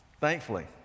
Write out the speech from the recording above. thankfully